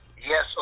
Yes